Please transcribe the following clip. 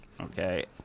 Okay